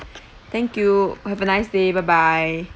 thank you have a nice day bye bye